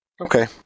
Okay